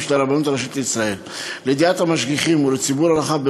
של הרבנות הראשית לישראל לידיעת המשגיחים ולציבור הרחב,